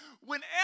Whenever